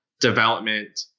development